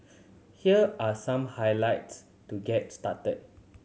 here are some highlights to get started